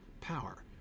power